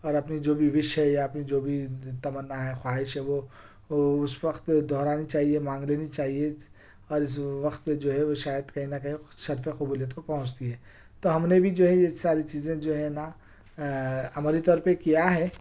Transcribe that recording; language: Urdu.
اور اپنی جو بھی وِش ہے یا اپنی جو بھی تمنا ہے خواہش ہے وہ وہ اُس وقت دہرانی چاہیے مانگ لینی چاہیے اور اُس وقت جو ہے وہ شاید کہیں نہ کہیں شرفِ قبولیت کو پہنچتی ہے تو ہم نے بھی جو ہے یہ ساری چیزیں جو ہے نہ عملی طور پر کیا ہے